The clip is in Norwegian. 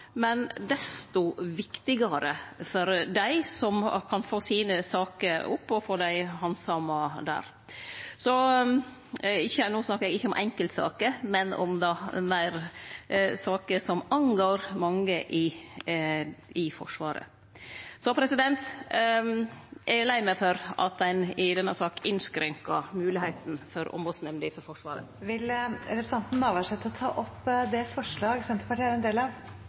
men desto viktigare er ho for dei som kan få sine saker opp og få dei handsama der. No snakkar eg ikkje om enkeltsaker, men om saker som gjeld mange i Forsvaret. Eg er lei meg for at ein i denne saka innskrenkar moglegheitene til Ombodsnemnda for Forsvaret. Eg tar opp forslaget som Senterpartiet er ein del av.